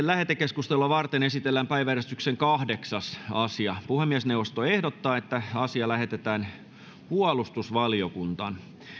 lähetekeskustelua varten esitellään päiväjärjestyksen kahdeksas asia puhemiesneuvosto ehdottaa että asia lähetetään puolustusvaliokuntaan